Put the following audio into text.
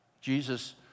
Jesus